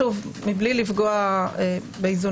שוב, מבלי לפגוע באיזונים.